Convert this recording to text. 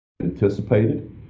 anticipated